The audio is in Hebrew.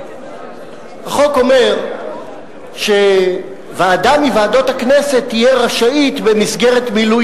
החוק אומר שוועדה מוועדות הכנסת תהיה רשאית במסגרת מילוי